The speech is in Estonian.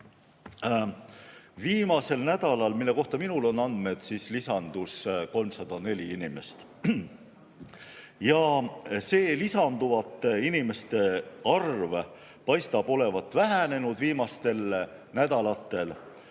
Viimasel nädalal, mille kohta minul on andmed, lisandus 304 inimest. See lisanduvate inimeste arv paistab olevat viimastel nädalatel